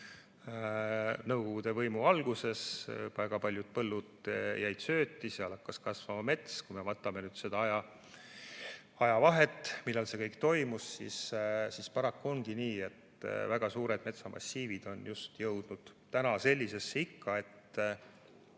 Nõukogude võimu alguses väga paljud põllud jäid sööti, seal hakkas kasvama mets. Kui me vaatame nüüd seda ajavahet, millal see kõik toimus, siis paraku ongi nii, et väga suured metsamassiivid on just jõudnud täna sellisesse ikka, et